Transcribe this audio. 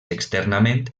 externament